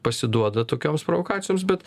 pasiduoda tokioms provokacijoms bet